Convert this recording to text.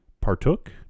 Partook